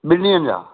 ॿिनि ॾींहंनि जा